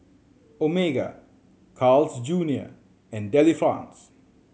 Omega Carl's Junior and Delifrance